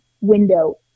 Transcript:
window